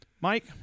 Mike